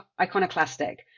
iconoclastic